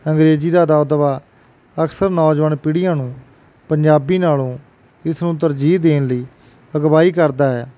ਅੰਗਰੇਜ਼ੀ ਦਾ ਦਬਦਬਾ ਅਕਸਰ ਨੌਜਵਾਨ ਪੀੜ੍ਹੀਆਂ ਨੂੰ ਪੰਜਾਬੀ ਨਾਲੋਂ ਇਸ ਨੂੰ ਤਰਜੀਹ ਦੇਣ ਲਈ ਅਗਵਾਈ ਕਰਦਾ ਹੈ